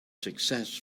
success